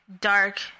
Dark